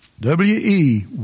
W-E